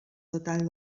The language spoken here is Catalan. detall